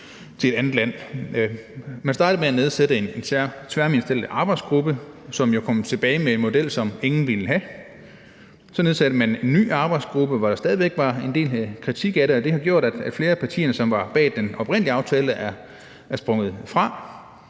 Man startede med at nedsætte en tværministeriel arbejdsgruppe, som jo kom tilbage med en model, som ingen ville have. Så nedsatte man en ny arbejdsgruppe, som der stadig væk var en del kritik af, og det har gjort, at flere af de partier, som var bag den oprindelige aftale, er sprunget fra.